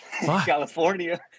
California